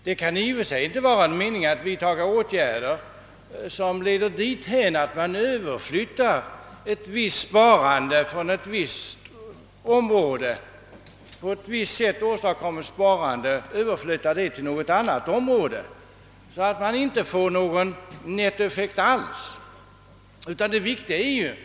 Det är i och för sig ingen mening med att vidta åtgärder som leder till ett överflyttande av på visst sätt åstadkommet sparande från ett område till ett annat men som inte har någon nettoeffekt alls.